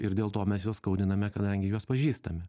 ir dėl to mes juos skaudiname kadangi juos pažįstame